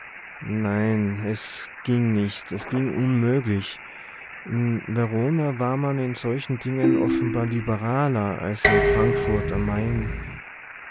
nein es ging nicht es ging unmöglich in verona war man in solchen dingen offenbar liberaler als in frankfurt am main